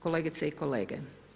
Kolegice i kolege.